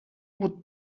would